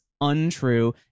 untrue